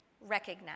recognize